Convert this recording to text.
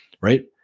right